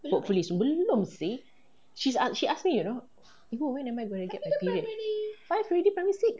hopefully soon belum seh she ask she ask me you know ibu when am I going to get my period five already primary six